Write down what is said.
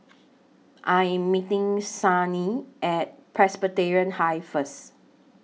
I Am meeting Signe At Presbyterian High First